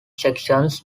sections